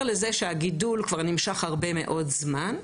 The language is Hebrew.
לזה שהגידול נמשך כבר הרבה מאוד זמן,